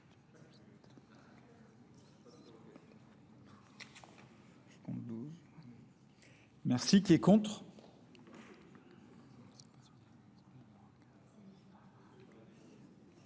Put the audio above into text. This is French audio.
Merci. Qui est contre ?